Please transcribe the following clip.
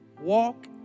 walk